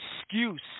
excuse